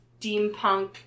steampunk